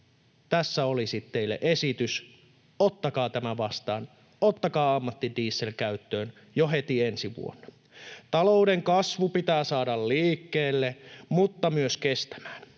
tässä olisi teille esitys, ottakaa tämä vastaan. Ottakaa ammattidiesel käyttöön jo heti ensi vuonna. Talouden kasvu pitää saada liikkeelle mutta myös kestämään.